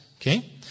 Okay